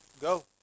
go